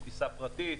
יש טיסה פרטית,